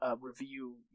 review